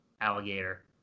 alligator